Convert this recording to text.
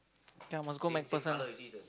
then I must go MacPherson